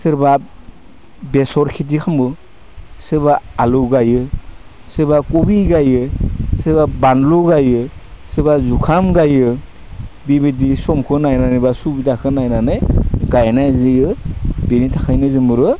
सोरबा बेसर खिथि खालामो सोरबा आलु गायो सोरबा खबि गायो सोरबा बानलु गायो सोरबा जुखाम गायो बिबायदिनो समखो नायनानै बा सुबिदाखो नायनानै गायनाय जायो बेनि थाखायनो जोंबो